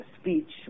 speech